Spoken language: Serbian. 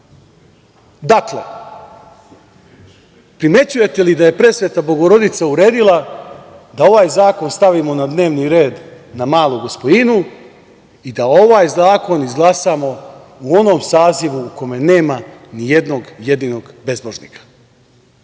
primećujete li da je presveta Bogorodica uredila da ovaj zakon stavimo na dnevni red na Malu Gospojinu i da ovaj zakon izglasamo u onom sazivu u kome nema ni jednog jedinog bezbožnika. Budite